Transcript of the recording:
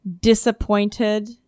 disappointed